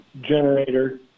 generator